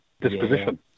disposition